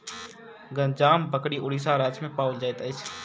गंजाम बकरी उड़ीसा राज्य में पाओल जाइत अछि